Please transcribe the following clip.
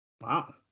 Wow